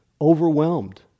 overwhelmed